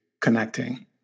connecting